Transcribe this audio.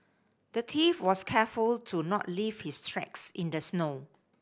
the thief was careful to not leave his tracks in the snow